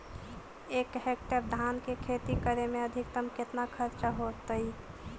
एक हेक्टेयर धान के खेती करे में अधिकतम केतना खर्चा होतइ?